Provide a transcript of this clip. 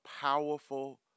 powerful